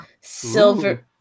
Silver